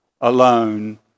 alone